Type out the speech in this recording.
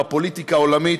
בפוליטיקה העולמית,